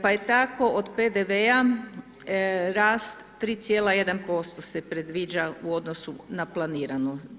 Pa je tako od PDV-a rast 3,1% se predviđa u odnosu na planirano.